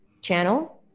channel